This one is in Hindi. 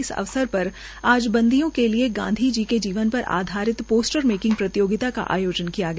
इस अवसर पर आज बंदियों के लिए गांधी जी के जीवन पर आधारित पोस्टर मेकिंग प्रतियोगिता का आयोजन किया गया